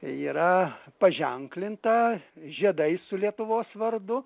tai yra paženklinta žiedais su lietuvos vardu